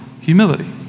humility